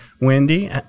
Wendy